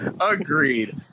Agreed